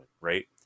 right